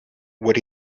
what